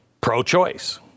pro-choice